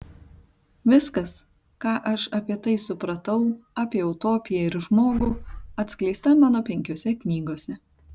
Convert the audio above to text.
viskas ką aš apie tai supratau apie utopiją ir žmogų atskleista mano penkiose knygose